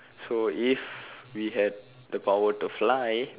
so if we had the power to fly